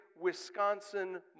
Wisconsin